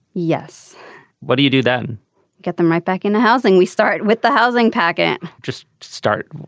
yes what do you do then get them right back into housing we start with the housing package. just start.